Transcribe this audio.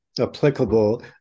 applicable